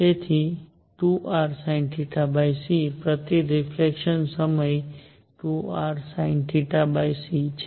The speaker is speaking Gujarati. તેથી 2rsinθc પ્રતિ રિફલેક્સન સમય 2rsinθc છે